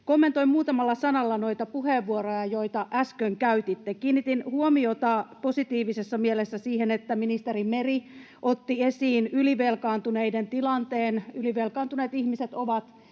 Kommentoin muutamalla sanalla noita puheenvuoroja, joita äsken käytitte. Kiinnitin huomiota positiivisessa mielessä siihen, että ministeri Meri otti esiin ylivelkaantuneiden tilanteen. Ylivelkaantuneet ihmiset ovat